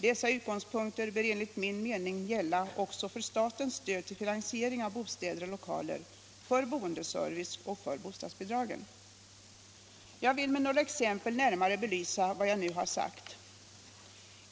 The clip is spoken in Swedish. Dessa utgångspunkter bör enligt min mening gälla också för statens stöd till finansiering av bostäder och lokaler för boendeservice och för bostadsbidragen. Jag vill med några exempel närmare belysa vad jag nu har sagt.